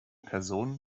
person